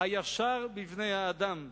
הישר בבני-האדם,